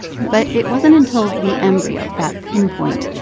but it wasn't until the embryo, that pinpoint,